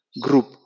group